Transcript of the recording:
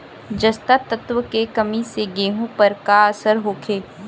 जस्ता तत्व के कमी से गेंहू पर का असर होखे?